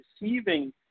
receiving